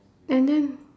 and then